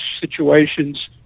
situations